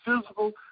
physical